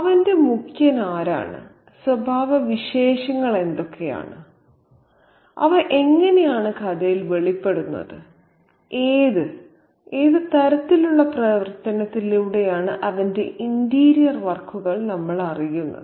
അവന്റെ മുഖ്യൻ ആരാണ് സ്വഭാവവിശേഷങ്ങൾ എന്തൊക്കെയാണ് അവ എങ്ങനെയാണ് കഥയിൽ വെളിപ്പെടുന്നത് ഏത് തരത്തിലുള്ള പ്രവർത്തനത്തിലൂടെയാണ് അവന്റെ ഇന്റീരിയർ വർക്കുകൾ നമ്മൾ അറിയുന്നത്